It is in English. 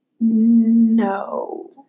No